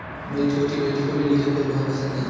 मेरी छोटी बेटी को लिली के फूल बहुत पसंद है